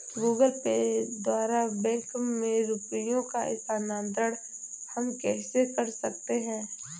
Google Pay द्वारा bank में रुपयों का स्थानांतरण हम कैसे कर सकते हैं?